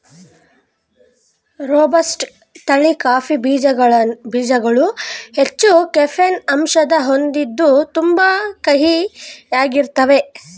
robusta ತಳಿ coffee ಬೀಜ್ಗಳು ಹೆಚ್ಚು ಕೆಫೀನ್ ಅಂಶನ ಹೊಂದಿದ್ದು ತುಂಬಾ ಕಹಿಯಾಗಿರ್ತಾವೇ